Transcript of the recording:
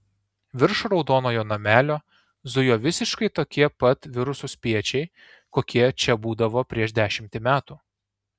virš raudonojo namelio zujo visiškai tokie pat virusų spiečiai kokie čia būdavo prieš dešimtį metų